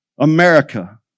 America